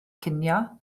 cinio